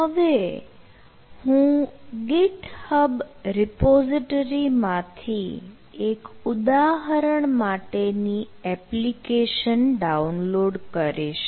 હવે હું GIT hub repository માંથી એક ઉદાહરણ માટેની એપ્લિકેશન ડાઉનલોડ કરીશ